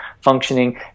functioning